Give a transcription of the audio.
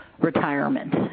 retirement